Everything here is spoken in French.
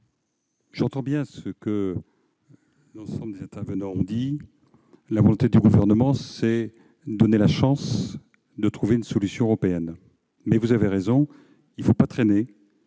J'entends bien ce que l'ensemble des intervenants ont dit. La volonté du Gouvernement est de donner sa chance à une solution européenne, mais, vous avez raison, il ne faut pas traîner.